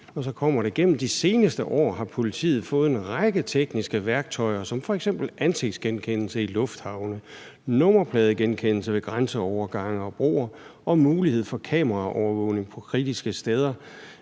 mod terrorangreb. Gennem de seneste år har politiet fået en række tekniske værktøjer som f.eks. ansigtsgenkendelse i lufthavne, nummerpladegenkendelse ved grænseovergange og broer og mulighed for kameraovervågning på kritiske steder,